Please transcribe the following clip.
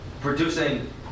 producing